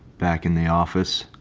back in the office.